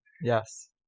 Yes